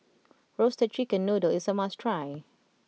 Roasted Chicken Noodle is a must try